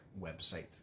website